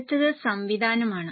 അടുത്തത് സംവിധാനമാണ്